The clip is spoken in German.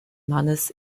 mannes